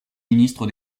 ministre